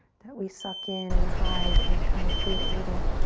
that we suck in and hide and kind of treat a little